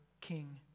king